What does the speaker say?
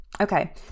Okay